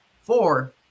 Four